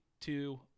two